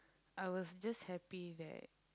I was just happy that